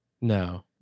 No